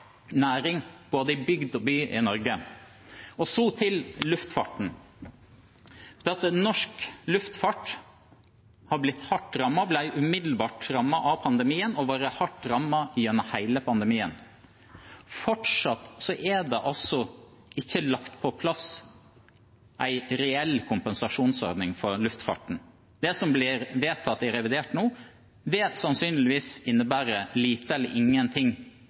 næring i både bygd og by i Norge. Så til luftfarten. Norsk luftfart har blitt hardt rammet. Den ble umiddelbart rammet av pandemien og har vært hardt rammet gjennom hele pandemien. Fortsatt er det ikke kommet på plass en reell kompensasjonsordning for luftfarten. Det som blir vedtatt i revidert nå, vil sannsynligvis innebære lite eller ingenting